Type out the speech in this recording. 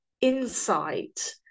insight